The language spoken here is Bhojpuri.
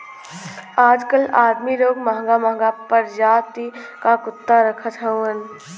आजकल अदमी लोग महंगा महंगा परजाति क कुत्ता रखत हउवन